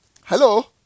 hello